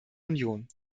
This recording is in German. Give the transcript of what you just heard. union